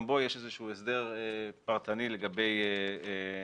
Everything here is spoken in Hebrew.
גם בו יש איזשהו הסדר פרטני לגבי שילוט